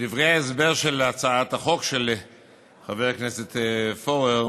בדברי ההסבר של הצעת החוק של חבר הכנסת פורר